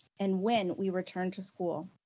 and when we return to school.